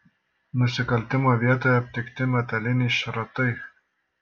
nusikaltimo vietoje aptikti metaliniai šratai